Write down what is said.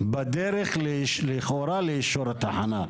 בדרך לכאורה לאישור התחנה.